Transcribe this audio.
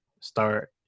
start